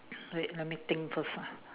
wait let me think first lah